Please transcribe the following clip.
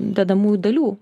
dedamųjų dalių